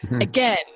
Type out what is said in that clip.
again